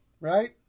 right